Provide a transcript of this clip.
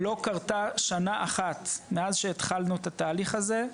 לא קרתה שנה אחת מאז שהתחלנו את התהליך הזה,